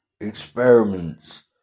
experiments